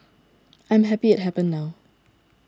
I am happy it happened now